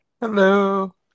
Hello